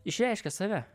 išreiškia save